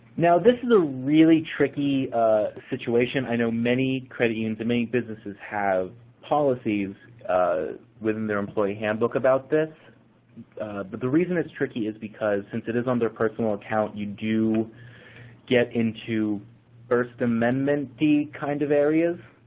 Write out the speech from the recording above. now, this is a really tricky situation. i know many credit unions and many businesses have policies within their employee handbook about this, but the reason it's tricky is because, since it is on their personal account, you do get into first amendment-y kind of areas.